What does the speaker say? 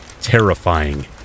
terrifying